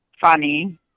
Funny